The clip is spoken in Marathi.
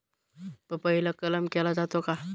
पपईला कलम केला जातो का?